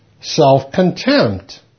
self-contempt